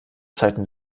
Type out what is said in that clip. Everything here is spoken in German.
zeiten